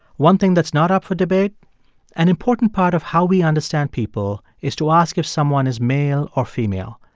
one thing that's not up for debate an important part of how we understand people is to ask if someone is male or female.